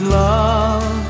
love